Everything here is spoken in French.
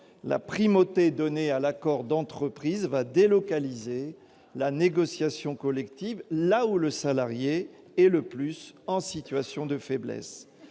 la primauté donnée à l'accord d'entreprise va délocaliser la négociation collective là où le salarié est le plus en situation de faiblesse.